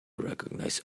recognize